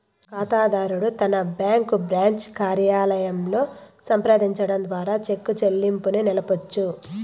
కాతాదారుడు తన bank branch కార్యాలయంలో సంప్రదించడం ద్వారా చెక్కు చెల్లింపుని నిలపొచ్చు